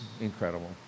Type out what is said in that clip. incredible